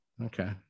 Okay